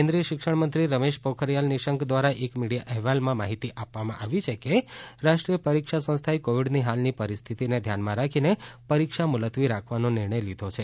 કેન્દ્રીય શિક્ષણ મંત્રી રમેશ પોખરીયલ નિશંક દ્વારા એક મીડિયા અહેવાલમાં માહિતી આપવામાં આવી છે કે રાષ્ટ્રીય પરીક્ષા સંસ્થાએ કોવિડની હાલની પરિસ્થિતિને ધ્યાનમાં રાખીને પરીક્ષા મુલતવી રાખવાનો નિર્ણય લીધો છે